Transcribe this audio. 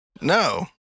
No